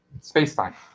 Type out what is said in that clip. space-time